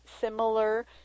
similar